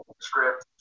script